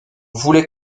voulait